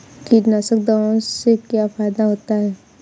कीटनाशक दवाओं से क्या फायदा होता है?